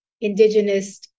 indigenous